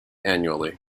annually